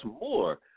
more